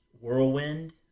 whirlwind